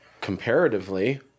Comparatively